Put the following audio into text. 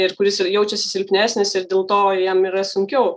ir kuris jaučiasi silpnesnis ir dėl to jam yra sunkiau